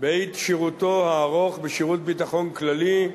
בעת שירותו הארוך בשירות הביטחון הכללי,